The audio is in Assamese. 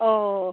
অঁ